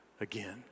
again